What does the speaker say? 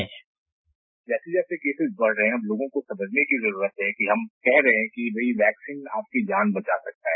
sound bite जैसे जैसे cases बढ़ रहे हैं हमलोगों को समझने की जरूरत है कि हम कह रहे हैं कि वैक्सीन आपकी जान बचा सकता है